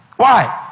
why?